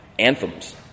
anthems